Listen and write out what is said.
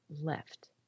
left